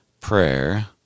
prayer